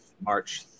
March